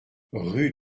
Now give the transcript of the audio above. rue